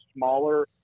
smaller